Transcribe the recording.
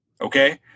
Okay